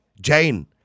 Jane